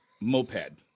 moped